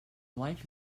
life